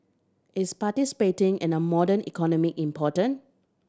is participating in a modern economy important